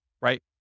right